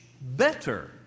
better